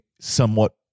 somewhat